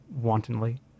wantonly